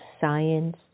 science